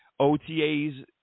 OTAs